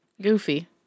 Goofy